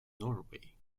norway